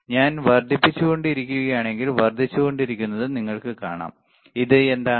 ഞാൻ വർദ്ധിപ്പിച്ചു കൊണ്ടിരിക്കുകയാണെങ്കിൽ വർദ്ധിച്ചു കൊണ്ടിരിക്കുന്നത് നിങ്ങൾക്ക് കാണാം ഇത് എന്താണ്